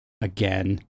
again